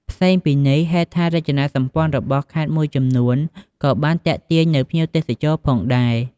ផ្សេងពីនេះទៀត ហេដ្ឋារចនាសម្ព័ន្ធរបស់ខេត្តមួយចំនួនក៏បានទាក់ទាញនូវភ្ញៀវទេសចរផងដែរ។